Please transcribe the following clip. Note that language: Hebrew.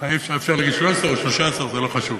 אפשר להגיד שלוש-עשרה או שלושה-עשר, זה לא חשוב,